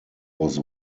was